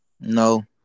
no